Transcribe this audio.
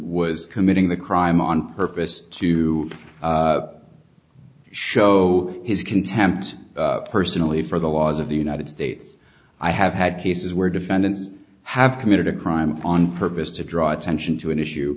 was committing the crime on purpose to show his contempt personally for the laws of the united states i have had cases where defendants have committed a crime on purpose to draw attention to an issue